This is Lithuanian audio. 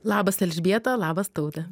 labas elžbieta labas taute